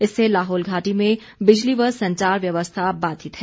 इससे लाहौल घाटी में बिजली व संचार व्यवस्था बाधित है